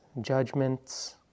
judgments